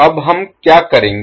अब हम क्या करेंगे